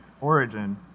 origin